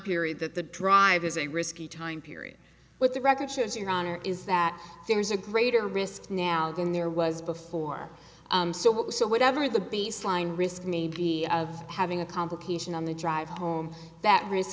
period that the drive is a risky time period with the record shows your honor is that there's a greater risk now than there was before so so whatever the beast line risk may be of having a complication on the drive home that risk